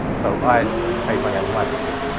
so i'd paid money out of my pocket.